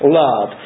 love